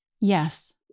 Yes